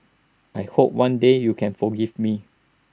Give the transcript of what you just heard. I hope one day you can forgive me